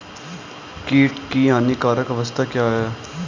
कीट की हानिकारक अवस्था क्या है?